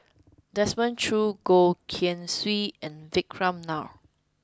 Desmond Choo Goh Keng Swee and Vikram Nair